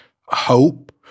hope